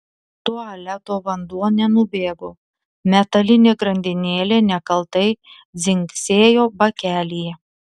tualeto vanduo nenubėgo metalinė grandinėlė nekaltai dzingsėjo bakelyje